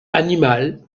animal